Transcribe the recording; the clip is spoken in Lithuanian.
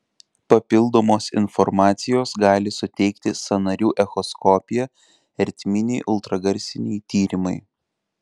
papildomos informacijos gali suteikti sąnarių echoskopija ertminiai ultragarsiniai tyrimai